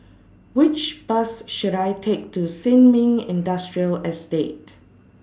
Which Bus should I Take to Sin Ming Industrial Estate